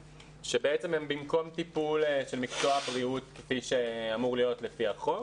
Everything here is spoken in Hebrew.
שהם במקום הטיפול של מקצוע הבריאות כפי שאמור להיות לפי החוק.